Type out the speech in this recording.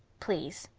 please.